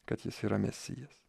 kad jis yra mesijas